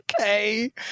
Okay